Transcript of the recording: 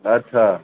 अच्छा